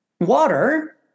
Water